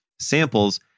samples